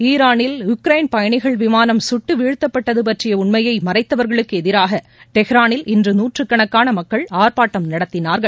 ஈராளில் Ukraine பயணிகள் விமானம் கட்டு வீழ்த்தப்பட்டது பற்றிய உண்மையை மறைத்தவர்களுக்கு எதிராக டெஹ்ரானில் இன்று நூற்றுக்கணக்கான மக்கள் ஆர்ப்பாட்டம் நடத்தினார்கள்